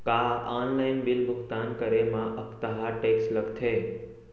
का online bill भुगतान करे मा अक्तहा टेक्स लगथे?